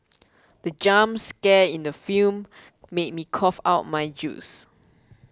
the jump scare in the film made me cough out my juice